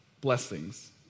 blessings